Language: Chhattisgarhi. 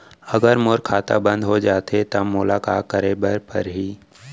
अगर मोर खाता बन्द हो जाथे त मोला का करे बार पड़हि?